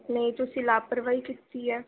ਨਹੀਂ ਤੁਸੀਂ ਲਾਪਰਵਾਹੀ ਕੀਤੀ ਆ